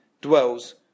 dwells